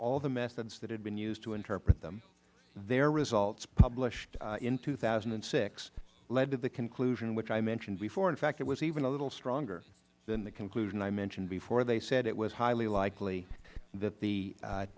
all the methods that had been used to interpret them their results published in two thousand and six led to the conclusion which i mentioned before in fact it was even a little stronger than the conclusion i mentioned before they said it was highly likely that the